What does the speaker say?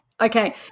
Okay